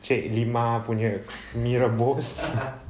cik limah punya mee rebus